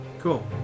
Cool